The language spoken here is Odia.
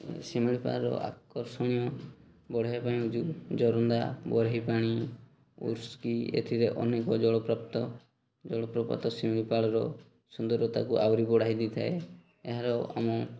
ଶିମିଳିପାଳ ଆକର୍ଷଣୀୟ ବଢ଼ାଇବା ପାଇଁ ଯୋରନ୍ଦା ବରେହିପାଣି ଏଥିରେ ଅନେକ ଜଳପ୍ରାପ୍ତ ଜଳପ୍ରପାତ ଶିମିଳିପାଳର ସୁନ୍ଦରତାକୁ ଆହୁରି ବଢ଼ାଇ ଦେଇଥାଏ ଏହାର ଆମ